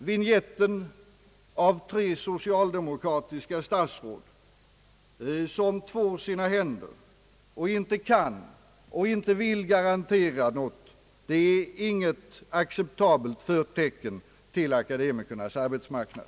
Vinjetten av tre socialdemokratiska statsråd som tvår sina händer och inte kan, inte vill garantera något är inget acceptabelt förtecken till akademikernas arbetsmarknad.